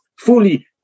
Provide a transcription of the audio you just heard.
fully